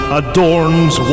adorns